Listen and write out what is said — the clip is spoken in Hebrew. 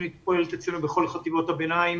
התוכנית פועלת אצלנו בכל חטיבות הביניים